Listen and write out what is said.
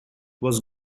was